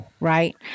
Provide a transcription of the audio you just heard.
Right